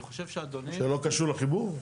אני חושב שאדוני --- שלא קשור לחיבור?